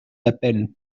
d’appel